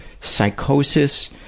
psychosis